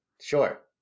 sure